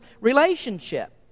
relationship